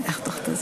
גברתי,